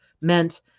meant